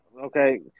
Okay